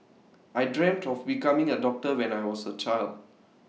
I dreamt of becoming A doctor when I was A child